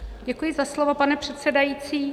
Děkuji za slovo, pane předsedající.